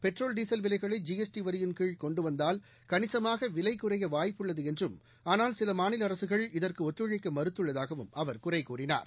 petrol diesel விலைகளை ஐிஎஸ்டிவரியின்கீம் கொண்டுவந்தால் கணிசமாகவிலைகுறையவாய்ப்புள்ளதுஎன்றும் ஆனால் சிலமாநிலஅரசுகள் இதற்குஒத்துழைக்கமறுத்துவருவதாகவும் அவர் குறைகூறினார்